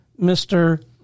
Mr